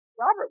Robert